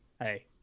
Hey